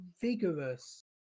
vigorous